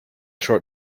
short